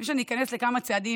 לפני שאני איכנס לכמה צעדים,